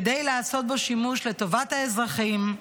כדי לעשות בו שימוש לטובת האזרחים.